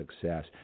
success